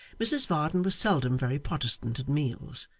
mrs varden was seldom very protestant at meals,